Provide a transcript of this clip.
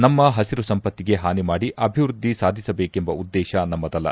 ನಮ್ಮ ಹಸಿರು ಸಂಪತ್ತಿಗೆ ಹಾನಿ ಮಾಡಿ ಅಭಿವೃದ್ಧಿ ಸಾಧಿಸಬೇಕೆಂಬ ಉದ್ವೇತ ನಮ್ಮದಲ್ಲ